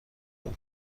داد